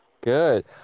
Good